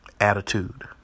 attitude